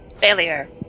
Failure